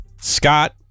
Scott